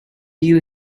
you